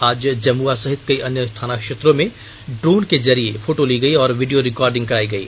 आज जमुआ सहित कई अन्य थाना क्षेत्रों में ड्रोन के जरिये फोटो ली गयी और वीडियो रिकॉर्डिंग करायी गयी